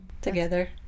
together